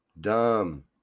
Dumb